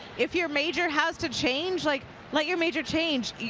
if your major has to change, like let your major change.